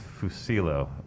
fusilo